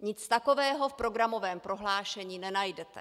Nic takového v programovém prohlášení nenajdete.